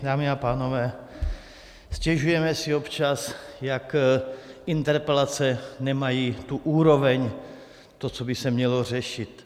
Dámy a pánové, stěžujeme si občas, jak interpelace nemají tu úroveň, to, co by se mělo řešit.